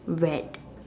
red